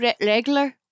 regular